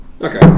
Okay